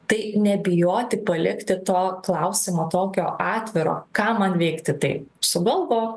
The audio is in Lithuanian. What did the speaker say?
tai nebijoti palikti to klausimo tokio atviro ką man veikti tai sugalvok